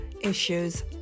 issues